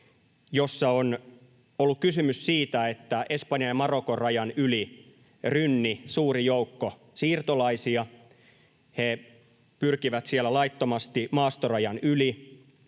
jossa on ollut kysymys siitä, että Espanjan ja Marokon rajan yli rynni suuri joukko siirtolaisia. He pyrkivät siellä laittomasti maastorajan yli,